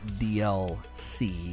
DLC